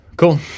Cool